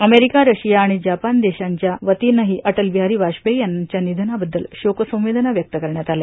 America Russia आणि Japan या देशांच्या वतीनंही अटल बिहारी वाजपेयी यांच्या निधनाबद्दल शोक संवेदना व्यक्त करण्यात आल्या